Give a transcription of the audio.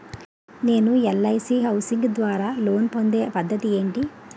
నేను LIC housing ద్వారా loan పొందే పద్ధతి ఏంటి?